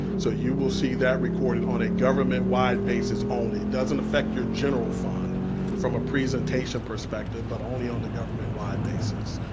so you will see that recorded on a government-wide basis only. it doesn't effect your general fund from a presentation perspective, but only on the government-wide basis.